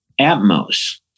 Atmos